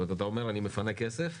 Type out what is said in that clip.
אתה אומר: אני מפנה כסף,